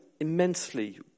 immensely